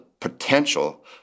potential